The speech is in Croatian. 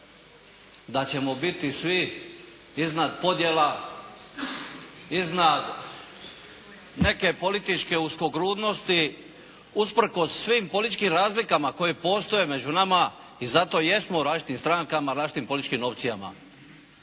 da ćemo biti svi iznad podjela, iznad neke političke uskogrudnosti usprkos svim političkim razlikama koje postoje među nama i zato jesmo u različitim strankama, različitim političkim opcijama.